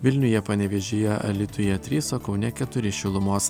vilniuje panevėžyje alytuje trys o kaune keturi šilumos